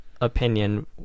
opinion